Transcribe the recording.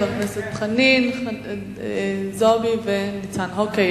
חברת הכנסת זועבי וחבר הכנסת ניצן הורוביץ.